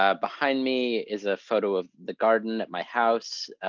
ah behind me is a photo of the garden at my house.